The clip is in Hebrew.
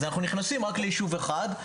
אז אנחנו נכנסים רק ליישוב אחד,